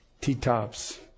T-Tops